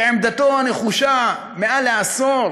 שעמדתו נחושה מעל עשור